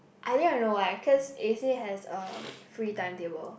I think I'll know why cause they say has a free timetable